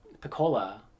Piccola